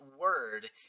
word